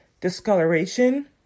discoloration